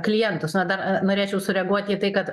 klientus na dar norėčiau sureaguoti į tai kad